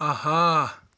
آہا